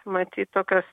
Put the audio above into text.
matyt tokios